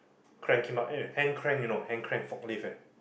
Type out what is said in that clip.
crank him up ah hand crank you know hand crank forklift ah